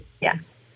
Yes